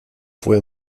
fue